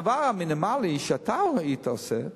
הדבר המינימלי שאתה היית עושה,